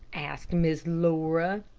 asked miss laura.